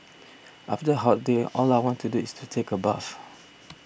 after a hot day all I want to do is to take a bath